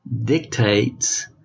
dictates